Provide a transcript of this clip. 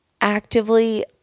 actively